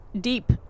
deep